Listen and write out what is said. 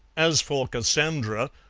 as for cassandra,